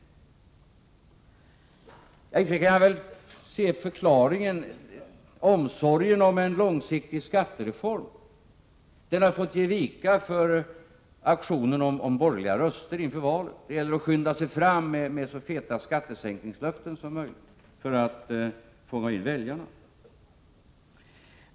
I och för sig kan jag se förklaringen i att omsorgen om en långsiktig skattereform har fått ge vika för aktioner för att vinna borgerliga röster inför valet. Det gäller att skynda fram med så feta skattesänkningslöften som möjligt för att fånga in väljarna.